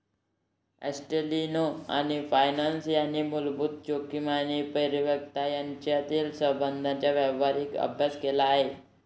ॲस्टेलिनो आणि फ्रान्सिस यांनी मूलभूत जोखीम आणि परिपक्वता यांच्यातील संबंधांचा व्यावहारिक अभ्यास केला